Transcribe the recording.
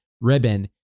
ribbon